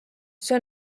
see